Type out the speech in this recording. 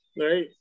right